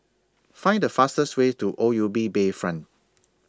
Find The fastest Way to O U B Bayfront